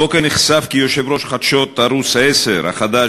הבוקר נחשף כי יושב-ראש חדשות ערוץ 10 החדש,